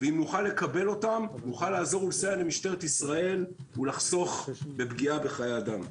אם נוכל לקבל אותם נוכל לסייע למשטרת ישראל ולחסוך בפגיעה בחיי אדם.